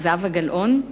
זהבה גלאון,